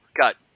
got